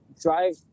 drive